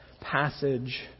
passage